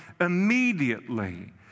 immediately